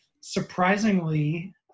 surprisingly